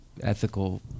Ethical